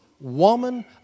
woman